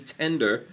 tender